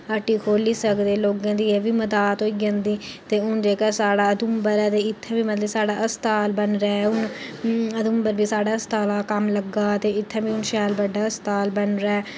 हट्टी खोह्ली सकदे लोकें दी एह बी मदात होई जंदी ते हून जेह्का साढ़ा उधमपुर ऐ ते इत्थै बी मतलब कि साढ़ा अस्पताल बनै'रदा ऐ हून उधमपुर बी साढ़ै हस्पताल दा कम्म लग्गा ते इत्थै बी हून शैल बड्डा हस्पताल बनै'रदा ऐ